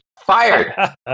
Fired